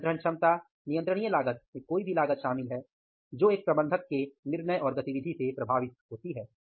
नियंत्रण क्षमता नियंत्रणीय लागत में कोई भी लागत शामिल है जो एक प्रबंधक के निर्णय और गतिविधि से प्रभावित होती है